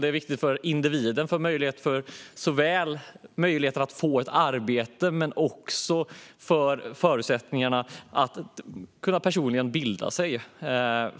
Det är viktigt för individens möjligheter att få ett arbete men också för förutsättningarna att personligen bilda sig.